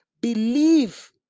believe